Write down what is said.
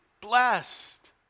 blessed